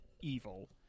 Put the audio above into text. evil